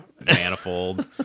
manifold